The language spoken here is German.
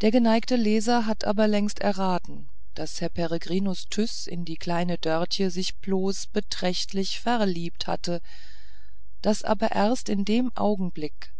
der geneigte leser hat es aber längst erraten daß herr peregrinus tyß in die kleine dörtje sich bloß beträchtlich verliebt hatte daß aber erst in dem augenblick